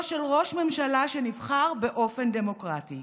של ראש ממשלה שנבחר באופן דמוקרטי.